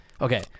Okay